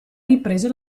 riprese